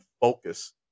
focus